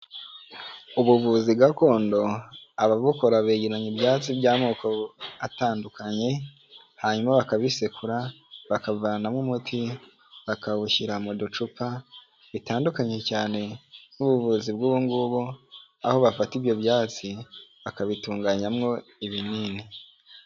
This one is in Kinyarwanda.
Ubuvuzi gakondo ababukora begeranya ibyatsi by'amoko atandukanye, hanyuma bakabisekura bakavanamo umuti bakawushyira mu ducupa, bitandukanye cyane n'ubuvuzi bw'ubungubu, aho bafata ibyo byatsi bakabitunganyamwo ibinini.